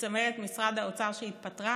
מצמרת משרד האוצר שהתפטרה,